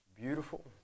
beautiful